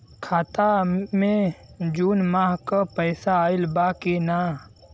खाता मे जून माह क पैसा आईल बा की ना?